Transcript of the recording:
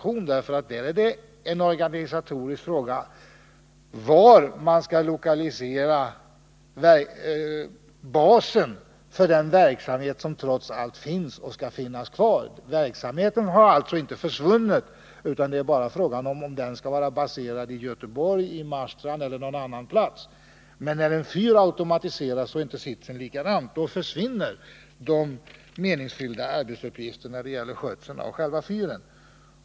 I det fallet gäller det en organisatorisk fråga om var man skall lokalisera basen för den verksamhet som finns och som skall finnas kvar. Verksamheten har alltså inte upphört, utan frågan är bara om den skall vara baserad i Göteborg, i Marstrand eller på någon annan plats. När en fyr automatiseras, då är emellertid situationen en annan. Då försvinner de meningsfulla arbetsuppgifterna i samband med skötseln av själva fyren.